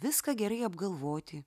viską gerai apgalvoti